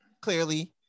clearly